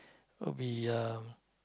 will be uh